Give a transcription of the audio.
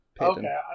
Okay